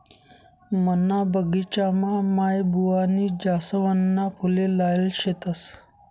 मना बगिचामा माईबुवानी जासवनना फुले लायेल शेतस